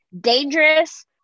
dangerous